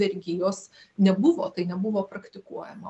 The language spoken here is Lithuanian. vergijos nebuvo tai nebuvo praktikuojama